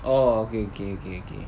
oh okay okay okay okay